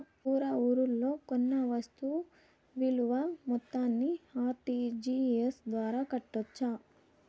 దూర ఊర్లలో కొన్న వస్తు విలువ మొత్తాన్ని ఆర్.టి.జి.ఎస్ ద్వారా కట్టొచ్చా?